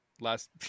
last